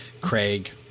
Craig